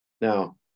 Now